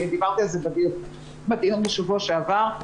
ודיברתי על זה בדיון בשבוע שעבר,